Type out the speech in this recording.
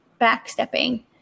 backstepping